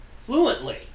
Fluently